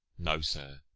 no, sir